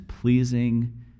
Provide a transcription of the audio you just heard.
pleasing